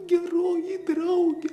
geroji drauge